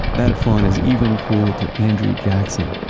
that font is even cruel to andrew jackson,